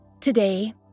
Today